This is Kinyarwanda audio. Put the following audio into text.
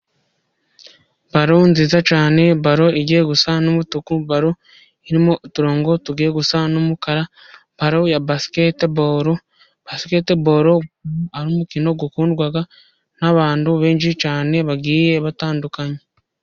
Baro nziza cyane, baro igiye gusa n'umutuku, baro irimo uturongo tugiye gusa n'umukara, baro ya basiketi boro, basiketi boro ari umukino ukundwa n'abantu benshi cyane bagiye batandukanye.